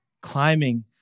climbing